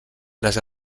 les